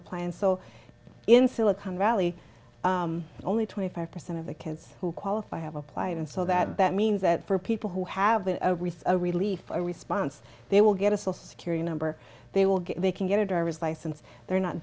apply and so in silicon valley only twenty five percent of the kids who qualify have applied and so that that means that for people who have been a relief for a response they will get us all security number they will get they can get a driver's license they're not